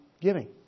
giving